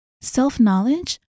Self-knowledge